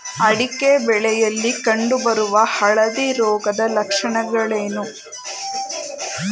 ಅಡಿಕೆ ಬೆಳೆಯಲ್ಲಿ ಕಂಡು ಬರುವ ಹಳದಿ ರೋಗದ ಲಕ್ಷಣಗಳೇನು?